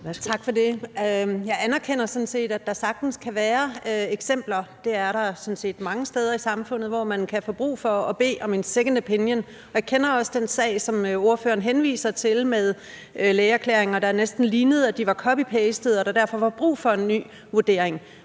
Tak for det. Jeg anerkender sådan set, at der sagtens kan være eksempler – det er der sådan set mange steder i samfundet – hvor man kan få brug for at bede om en second opinion, og jeg kender også den sag, som ordføreren henviser til, med lægeerklæringer, der næsten så ud, som om de var copypastet, og at der derfor var brug for en ny vurdering.